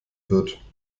wird